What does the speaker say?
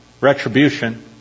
retribution